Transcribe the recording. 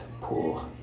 pour